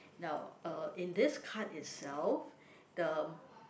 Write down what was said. now uh in this card itself the